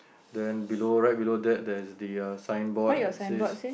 then below right below there there's the signboard that says